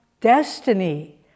destiny